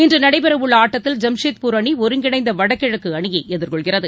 இன்று நடைபெறவுள்ள ஆட்டத்தில் ஜாம்செட்பூர் அணி ஒருங்கிணைந்த வடகிழக்கு அணியை எதிர்கொள்கிறது